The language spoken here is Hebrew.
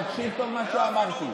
תקשיב טוב למה שאמרתי.